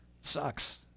Sucks